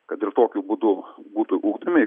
kad ir tokiu būdu būtų ugdomi